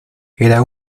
era